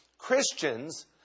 Christians